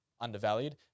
Undervalued